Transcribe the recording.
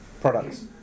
products